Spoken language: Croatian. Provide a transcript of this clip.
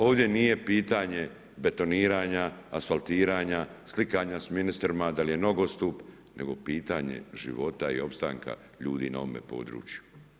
Ovdje nije pitanje betoniranja, asfaltiranja, slikanja sa ministrima, da li je nogostup, nego pitanje života i opstanka ljudi na ovome području.